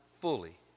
fully